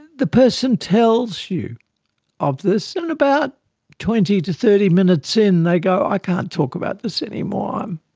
the person tells you of this and about twenty to thirty minutes in they go, i can't talk about this anymore. um